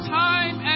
time